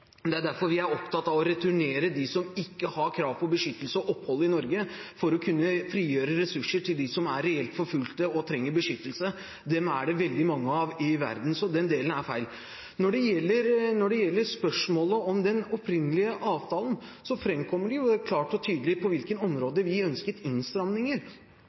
Det er derfor vi er opptatt av å returnere dem som ikke har krav på beskyttelse og opphold i Norge, for å kunne frigjøre ressurser til dem som er reelt forfulgte og trenger beskyttelse. De er det veldig mange av i verden. Så den delen er feil. Når det gjelder spørsmålet om den opprinnelige avtalen, framkommer det klart og tydelig på hvilke områder vi ønsket innstramninger.